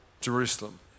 Jerusalem